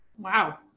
Wow